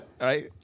Right